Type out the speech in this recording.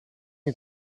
you